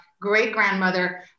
great-grandmother